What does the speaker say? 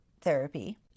therapy